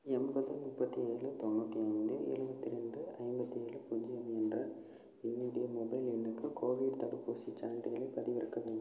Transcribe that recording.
எண்பது முப்பத்தி ஏழு தொண்ணூற்றி ஐந்து எழுவத்தி ரெண்டு ஐம்பத்தி ஏழு பூஜ்யம் என்ற என்னுடைய மொபைல் எண்ணுக்கு கோவிட் தடுப்பூசிச் சான்றிதழை பதிவிறக்க வே